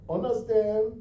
Understand